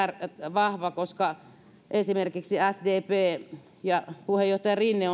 vahva koska esimerkiksi sdp ja puheenjohtaja rinne